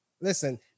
listen